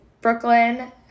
Brooklyn